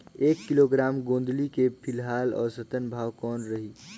एक किलोग्राम गोंदली के फिलहाल औसतन भाव कौन रही?